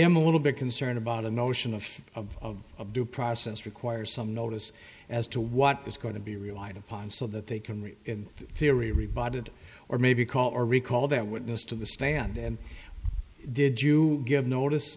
am a little bit concerned about the notion of of of due process requires some notice as to what is going to be relied upon so that they can in theory everybody or maybe call or recall that witness to the stand did you give notice